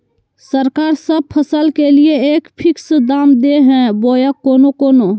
सरकार सब फसल के लिए एक फिक्स दाम दे है बोया कोनो कोनो?